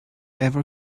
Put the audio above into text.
ever